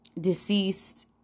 deceased